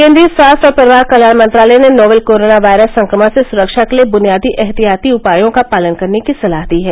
केन्द्रीय स्वास्थ्य और परिवार कल्याण मंत्रालय ने नोवल कोरोना वायरस संक्रमण से सुरक्षा के लिए बुनियादी एहतियाती उपायों का पालन करने की सलाह दी है